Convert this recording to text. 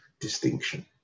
distinction